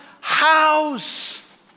house